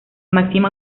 máxima